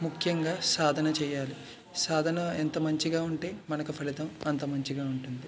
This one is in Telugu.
ముఖ్యంగా సాధన చేయాలి సాధన ఎంత మంచిగా ఉంటే మనకు ఫలితం అంత మంచిగా ఉంటుంది